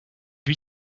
lui